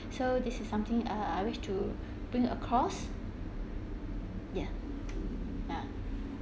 so this is something uh I wish to bring across yeah yeah